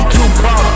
Tupac